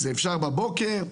אפשר להגיע בבוקר,